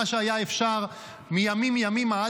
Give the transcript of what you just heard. מה שהיה אפשר מימים ימימה,